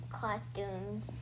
costumes